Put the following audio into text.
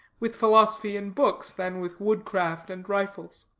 with philosophy and books, than with woodcraft and rifles.